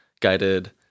guided